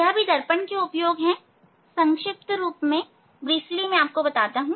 यह भी दर्पण के उपयोग हैं दर्पण के उपयोग संक्षिप्त रूप में मैं आपको बताता हूं